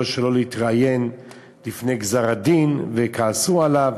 שלא להתראיין לפני גזר-הדין וכעסו עליו.